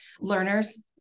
learners